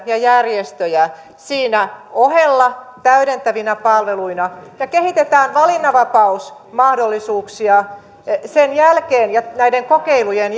ja järjestöjä siinä ohella täydentävinä palveluina ja kehitetään valinnanvapausmahdollisuuksia sen jälkeen ja näiden kokeilujen